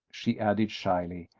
she added shyly,